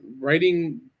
writing